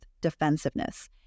defensiveness